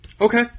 Okay